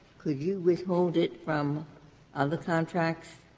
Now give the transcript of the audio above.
could you withhold it from other contracts